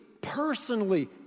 personally